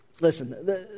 Listen